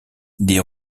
des